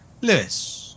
Lewis